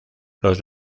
los